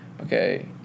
Okay